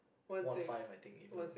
one five I think even